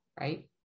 right